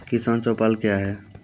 किसान चौपाल क्या हैं?